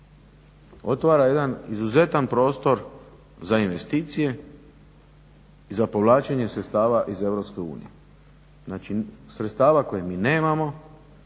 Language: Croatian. otvara jedan izuzetan prostor za investicije i za povlačenje sredstava iz EU. Znači sredstava koja mi nemamo,